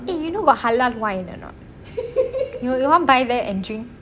eh you know got halal wine or not you want to buy that and drink